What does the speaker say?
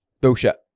bullshit